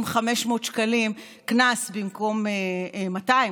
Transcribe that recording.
עם 500 שקלים קנס במקום 200,